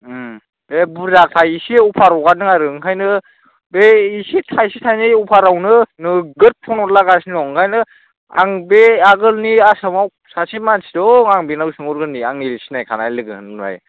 बे बुरजाखाय एसे अफार हगारदों आरो ओंखायनो बे इसे थाइसे थाइनै अपारावनो नोगोद फन हरलागासिनो दं ओंखायनो आं बे आगोलनि आसामाव सासे मानसि दं आं बेनाव सोंहरगोरनि आंनि सिनायखानाय लोगो होनबाय